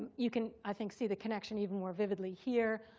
you can i think see the connection even more vividly here.